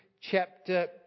chapter